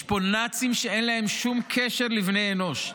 יש פה נאצים, שאין להם שום קשר לבני אנוש.